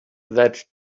that